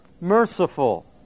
merciful